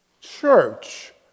Church